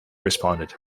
responded